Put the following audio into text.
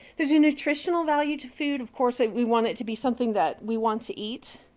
there's a nutritional value to food. of course ah we want it to be something that we want to eat.